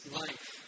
life